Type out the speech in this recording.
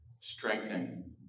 strengthen